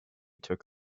took